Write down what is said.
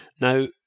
Now